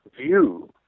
view